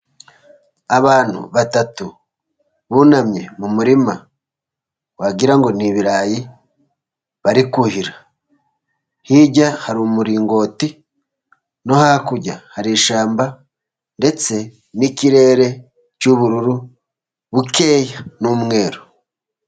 Abantu batatu bunamye mu murima, wagira ngo ni ibirayi bari kuhira. Hirya hari umuringoti, no hakurya hari ishyamba, ndetse n'ikirere cy'ubururu bukeya n'umweru.